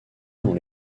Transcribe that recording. dans